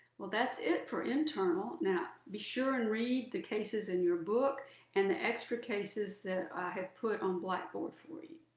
well, that's it for internal. now, be sure and read the cases in your book and the extra cases that i have put on blackboard for you.